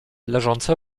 leżące